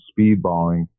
speedballing